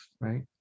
right